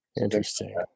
Interesting